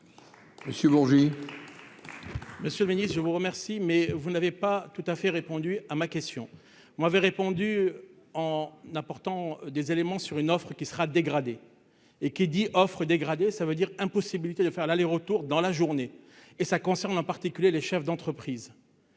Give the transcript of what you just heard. Monsieur Régnier je vous remercie, mais vous n'avez pas tout à fait répondu à ma question : on avait répondu en n'apportant des éléments sur une offre qui sera dégradé et qui dit offrent dégradé, ça veut dire impossibilité de faire l'aller-retour dans la journée et ça concerne en particulier les chefs d'entreprise